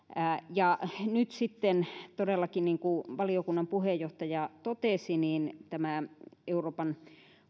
nyt sitten todellakin niin kuin valiokunnan puheenjohtaja totesi tämä euroopan